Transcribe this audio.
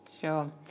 Sure